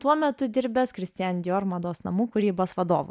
tuo metu dirbęs kristian dior mados namų kūrybos vadovu